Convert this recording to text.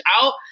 out